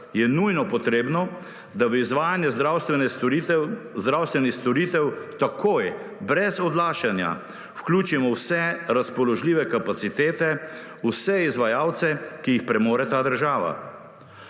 je nujno potrebno, da v izvajanje zdravstvene storitve takoj brez odlašanja vključimo vse razpoložljive kapacitete, vse izvajalce, ki jih premore ta država.